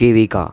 એવિકા